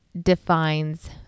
defines